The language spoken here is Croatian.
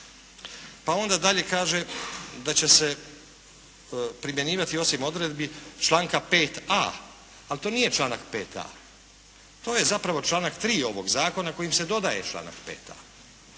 Pa onda dalje kaže da će se primjenjivati osim odredbi članka 5.a ali to nije članak 5.a, to je zapravo članak 3. ovog zakona kojem se dodaje članak 5.a.